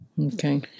Okay